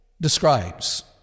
describes